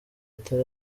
atari